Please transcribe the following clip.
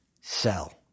sell